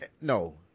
No